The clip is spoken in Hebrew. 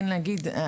כן להגיד,